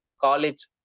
college